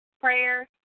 prayer